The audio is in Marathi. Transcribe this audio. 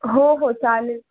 हो हो चालेल